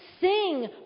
sing